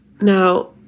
Now